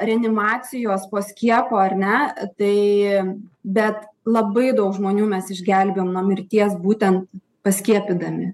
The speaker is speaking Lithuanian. reanimacijos po skiepo ar ne tai bet labai daug žmonių mes išgelbėjom nuo mirties būtent paskiepydami